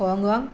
Hong Kong